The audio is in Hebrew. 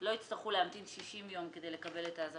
שלא יצטרכו להמתין 60 יום כדי לקבל את הזכאות